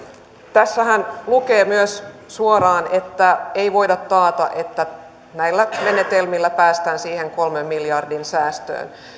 tässähän lukee myös suoraan että ei voida taata että näillä menetelmillä päästään siihen kolmen miljardin säästöön